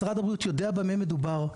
משרד הבריאות יודע במה מדובר,